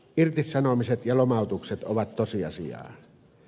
irtisanomiset ja lomautukset ovat tosiasia